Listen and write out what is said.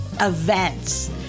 events